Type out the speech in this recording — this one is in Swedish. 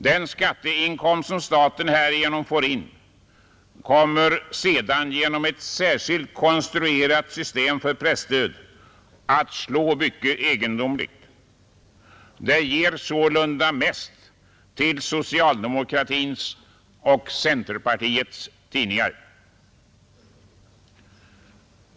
Den skatteinkomst som staten härigenom får in kommer sedan genom ett särskilt konstruerat system för presstöd att slå mycket egendomligt; det ger sålunda mest till socialdemokratins och centerpartiets tidningar.